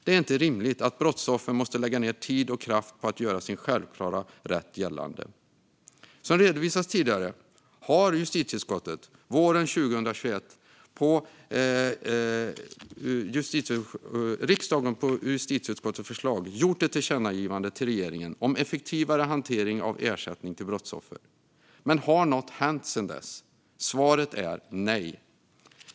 Det är inte rimligt att brottsoffer måste lägga ned tid och kraft på att göra sin självklara rätt gällande. Som redovisats tidigare riktade riksdagen våren 2021, på justitieutskottets förslag, ett tillkännagivande till regeringen om effektivare hantering av ersättning till brottsoffer. Men har något hänt sedan dess? Svaret är nej.